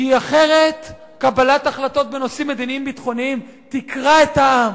כי אחרת קבלת החלטות בנושאים מדיניים-ביטחוניים תקרע את העם.